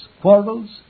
quarrels